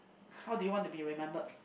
how do you want to be remembered